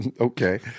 Okay